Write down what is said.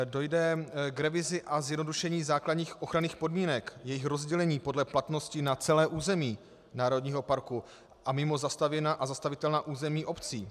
Dojde k revizi a zjednodušení základních ochranných podmínek, jejich rozdělení podle platnosti na celé území národního parku a mimo zastavěná a zastavitelná území obcí.